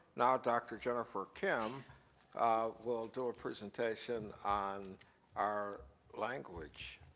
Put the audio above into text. now dr. jennifer kim ah will do a presentation on our language.